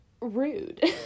Rude